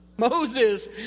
Moses